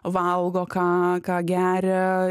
valgo ką ką geria